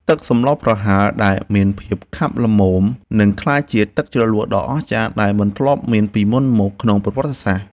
ទឹកសម្លប្រហើរដែលមានភាពខាប់ល្មមនឹងក្លាយជាទឹកជ្រលក់ដ៏អស្ចារ្យដែលមិនធ្លាប់មានពីមុនមកក្នុងប្រវត្តិសាស្ត្រ។